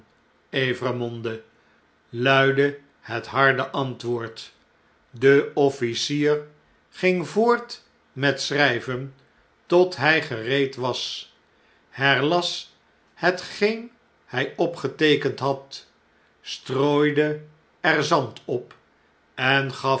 evremonde luidde het harde antwoord de officier in londen en paeijs ging voort met schrgven tot hg gereed was herlas hetgeen hg opgeteekend had strooide er zand op en